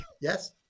Yes